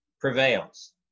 prevails